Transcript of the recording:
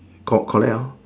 got correct orh